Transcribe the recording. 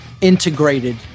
integrated